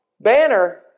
banner